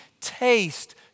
taste